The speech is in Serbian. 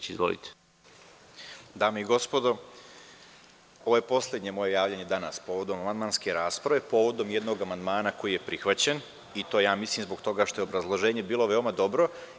Dame i gospodo, ovo je poslednje moje javljanje danas povodom amandmanske rasprave, povodom jednog amandmana koji je prihvaćen i to ja mislim zbog toga što je obrazloženje bilo veoma dobro.